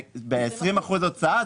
ב-20% הוצאה,